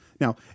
Now